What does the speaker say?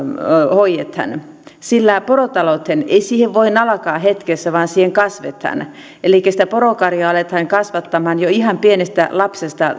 hoidetaan porotalouteen ei voi alkaa hetkessä vaan siihen kasvetaan elikkä sitä porokarjaa aletaan kasvattamaan jo ihan pienestä lapsesta